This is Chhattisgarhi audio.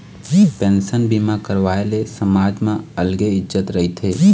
पेंसन बीमा करवाए ले समाज म अलगे इज्जत रहिथे